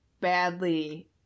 badly